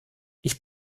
ich